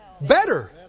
Better